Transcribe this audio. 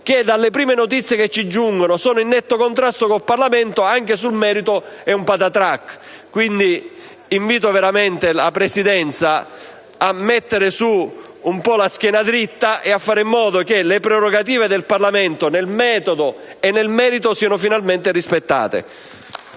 dalle prime notizie che giungono, sono in netto contrasto con il Parlamento. Anche sul merito, pertanto, è un patatrac. Quindi, invito fortemente la Presidenza a mettere «la schiena diritta» e a fare in modo che le prerogative del Parlamento nel metodo e nel merito siano finalmente rispettate.